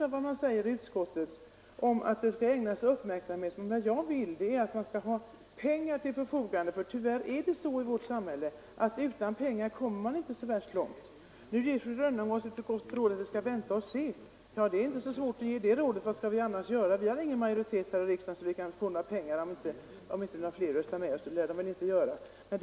Jag delar ju utskottets uppfattning att det skall ägnas uppmärksamhet åt dessa frågor. Men vad jag vill är, att det skall ställas pengar till förfogande. Det är ju tyvärr så i vårt samhälle att utan pengar kommer man inte särskilt långt. Sedan gav fru Rönnung oss rådet att vänta och se. Ja, det är inte svårt att ge oss det rådet. Vad skall vi annars göra? Vi har ingen egen majoritet här i riksdagen och kan därför inte anslå några pengar — om inte också andra ledamöter går med oss, vilket de väl inte lär göra i detta fallet.